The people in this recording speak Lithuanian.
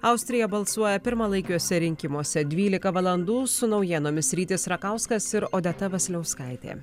austrija balsuoja pirmalaikiuose rinkimuose dvylika valandų su naujienomis rytis rakauskas ir odeta vasiliauskaitė